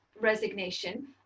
resignation